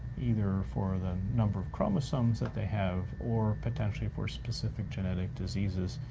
either for the number of chromosomes that they have or potentially for specific genetic diseases,